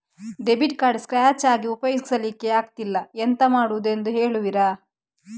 Debit card scratch ಆಗಿ ಉಪಯೋಗಿಸಲ್ಲಿಕ್ಕೆ ಆಗ್ತಿಲ್ಲ, ಎಂತ ಮಾಡುದೆಂದು ಹೇಳುವಿರಾ?